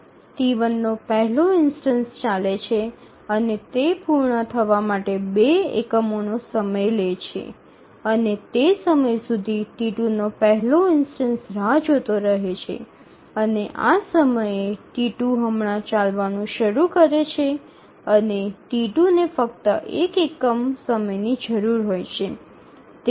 T1 નો પહેલો instance ચાલે છે અને તે પૂર્ણ થવા માટે ૨ એકમોનો સમય લે છે અને તે સમય સુધી T2 નો પહેલો ઇન્સ્ટનસ રાહ જોતો રહે છે અને આ સમયે T2 હમણાં ચાલવાનું શરૂ કરે છે અને T2 ને ફક્ત 1 એકમ સમયની જરૂર હોય છે